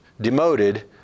demoted